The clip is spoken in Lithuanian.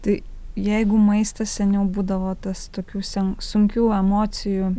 tai jeigu maistas seniau būdavo tas tokių sen sunkių emocijų